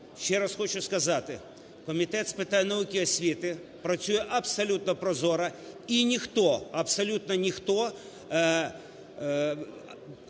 Ще раз хочу сказати. Комітет з питань науки і освіти працює абсолютно прозоро і ніхто, абсолютно ніхто,